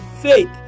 faith